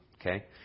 okay